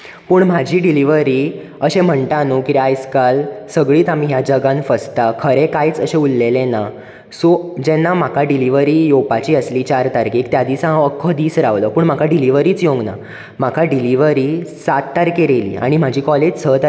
पूण म्हाजी डिलीवरी अशें म्हणटा न्हू की आयज काल सगळींच आमी ह्या जगान फसतात खरें कांयच अशें उरलेंले ना सो जेन्ना म्हाका डिलीवरी येवपाची आसली चार तारखेक त्या दिसा हांव अख्खो दीस रावलो पूण म्हाका डिलीवरीच येवंक ना म्हाका डिलीवरी सात तारखेर येयली आनी म्हाजी कॉलेज स तारखेर सुरू जाल्ली